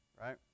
Right